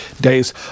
days